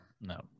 No